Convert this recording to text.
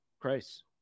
Christ